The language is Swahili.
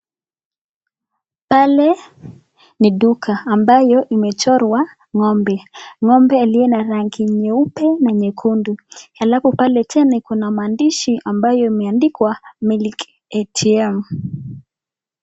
Pale ni duka ambayo imechorwa ng'ombe, ng'ombe aliye na rangi nyeupe na nyekundu. Alafu pale chini kuna maandishi ambayo imeandikwa milk ATM .